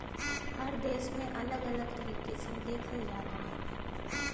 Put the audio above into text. हर देश में अलग अलग तरीके से देखल जाला